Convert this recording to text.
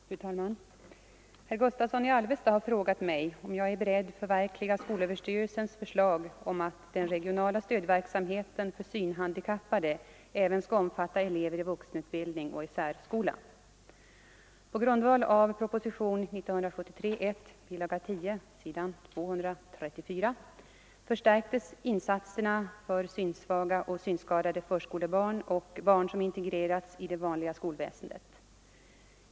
Fru talman! Herr Gustavsson i Alvesta har frågat mig om jag är beredd förverkliga skolöverstyrelsens förslag om att den regionala stödverksamheten för synhandikappade även skall omfatta elever i vuxenutbildning och i särskola. På grundval av propositionen 1973:1 förstärktes insatserna för synsvaga och synskadade förskolebarn och barn som integrerats i det vanliga skolväsendet.